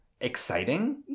Exciting